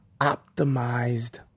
optimized